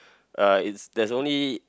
uh it's there's only